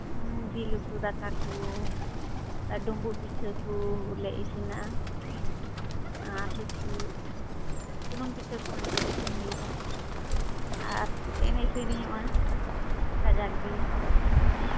ᱡᱤᱞ ᱩᱛᱩ ᱫᱟᱠᱟ ᱠᱚ ᱟᱨ ᱰᱩᱸᱵᱩᱜ ᱯᱤᱴᱷᱟᱹ ᱠᱚᱞᱮ ᱤᱥᱤᱱᱟ ᱟᱨᱦᱚᱸ ᱪᱮᱫ ᱥᱩᱱᱩᱢ ᱯᱤᱴᱷᱟᱹ ᱠᱚᱦᱚᱸ ᱮᱱᱛᱮᱫ ᱤᱥᱤᱱ ᱦᱩᱭᱩᱜᱼᱟ ᱟᱨ ᱯᱮ ᱮᱱᱮᱡ ᱥᱮᱨᱮᱧᱚᱜᱼᱟ ᱠᱟᱡᱟᱠ ᱜᱮ